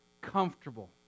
comfortable